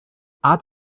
add